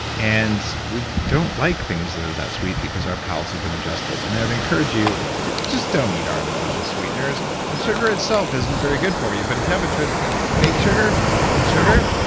and we don't like things that are that sweet because our palates have been adjusted. and i would encourage you to just don't eat artificial sweeteners, and sugar itself isn't very good for you, but if you have a choice between fake sugar and sugar,